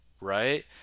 right